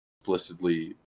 explicitly